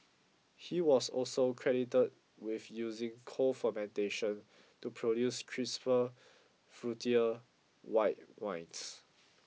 he was also credited with using cold fermentation to produce crisper fruitier white wines